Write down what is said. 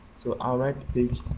so ah write page